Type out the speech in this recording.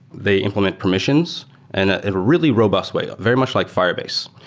they implement permissions and at a really robust way, very much like firebase.